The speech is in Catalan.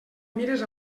mires